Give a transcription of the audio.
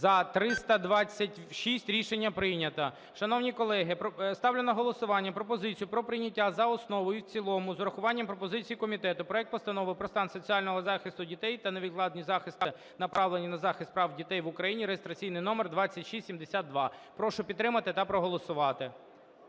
За-326 Рішення прийнято. Шановні колеги, ставлю на голосування пропозицію про прийняття за основу і в цілому з урахуванням пропозицій комітету проект Постанови про стан соціального захисту дітей та невідкладні заходи, направлені на захист прав дитини в Україні (реєстраційний номер 2672). Прошу підтримати та проголосувати.